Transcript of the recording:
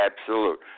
absolute